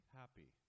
happy